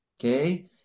Okay